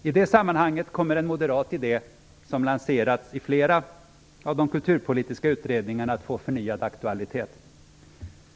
I det sammanhanget kommer en moderat idé som lanserats i flera av de kulturpolitiska utredningarna att få förnyad aktualitet.